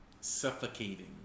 suffocating